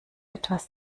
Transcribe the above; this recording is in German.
etwas